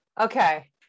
Okay